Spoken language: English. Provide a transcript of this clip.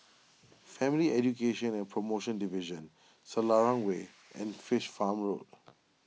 Family Education and Promotion Division Selarang Way and Fish Farm Road